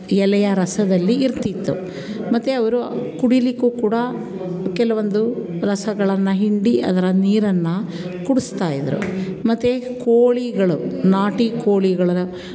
ಎಲೆಯ ರಸದಲ್ಲಿ ಇರುತ್ತಿತ್ತು ಮತ್ತು ಅವರು ಕುಡೀಲಿಕ್ಕು ಕೂಡ ಕೆಲವೊಂದು ರಸಗಳನ್ನು ಹಿಂಡಿ ಅದರ ನೀರನ್ನು ಕುಡಿಸ್ತಾ ಇದ್ದರು ಮತ್ತು ಕೋಳಿಗಳು ನಾಟಿ ಕೋಳಿಗಳನ್ನು